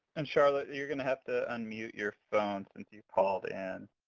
and charlotte, you're going to have to unmute your phone since you called in.